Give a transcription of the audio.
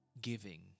giving